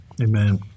Amen